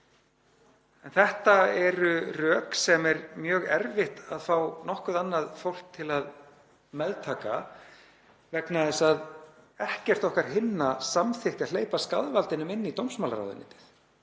Þetta eru rök sem er mjög erfitt að fá nokkuð annað fólk til að meðtaka vegna þess að ekkert okkar hinna samþykkti að hleypa skaðvaldinum inn í dómsmálaráðuneytið.